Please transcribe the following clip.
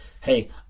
hey